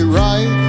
right